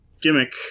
gimmick